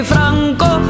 Franco